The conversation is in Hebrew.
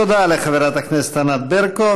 תודה לחברת הכנסת ענת ברקו.